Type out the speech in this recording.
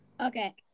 Okay